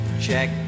Check